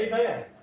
Amen